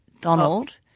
Donald